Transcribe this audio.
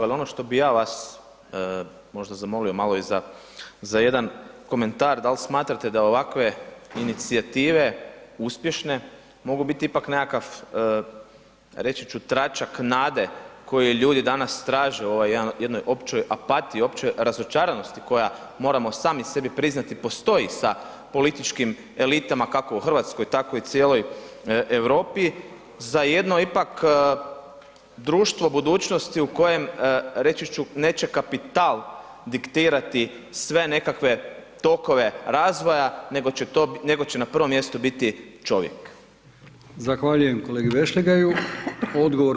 Ali ono što bi ja vas možda zamolio i za jedan komentar, da li smatrate da ovakve inicijative uspješne mogu biti ipak nekakav, reći ću tračak nade koje ljudi danas traže u ovoj jednoj općoj apatiji, općoj razočaranosti koja moramo sami sebi priznati postoji sa političkim elitama kako u Hrvatskoj tako i u cijeloj Europi, za jedno ipak društvo budućnosti reći ću, neće kapital diktirati sve nekakve tokove rokove razvoja nego će na prvom mjestu biti čovjek?